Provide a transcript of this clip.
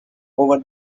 over